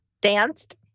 danced